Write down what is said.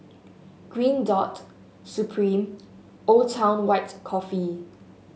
Green Dot Supreme Old Town White Coffee